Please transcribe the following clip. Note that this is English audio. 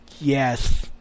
Yes